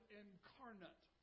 incarnate